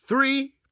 Three